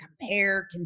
compare